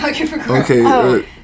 Okay